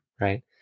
right